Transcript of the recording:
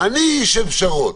אני איש של פשרות,